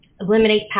eliminate